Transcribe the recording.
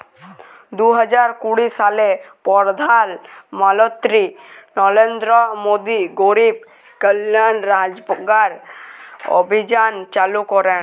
দু হাজার কুড়ি সালে পরধাল মলত্রি লরেলদ্র মোদি গরিব কল্যাল রজগার অভিযাল চালু ক্যরেল